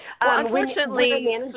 Unfortunately